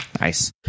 nice